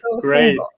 great